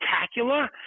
spectacular